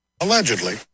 Allegedly